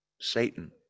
Satan